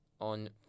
on